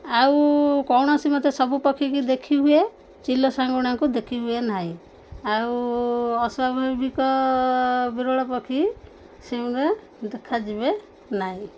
ଆଉ କୌଣସି ମତେ ସବୁ ପକ୍ଷୀକି ଦେଖି ହୁଏ ଚିଲ ଶାଗୁଣାଙ୍କୁ ଦେଖି ହୁଏ ନାହିଁ ଆଉ ଅସ୍ୱାଭାବିକ ବିରଳ ପକ୍ଷୀ ସେମାନେ ଦେଖାଯିବେ ନାହିଁ